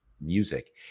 music